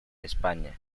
españa